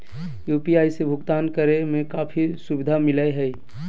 UPI से भुकतान करे में काफी सुबधा मिलैय हइ